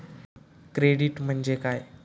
Credit म्हणजे काय?